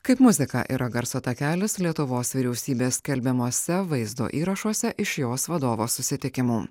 kaip muzika yra garso takelis lietuvos vyriausybės skelbiamuose vaizdo įrašuose iš jos vadovo susitikimų